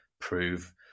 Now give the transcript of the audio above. prove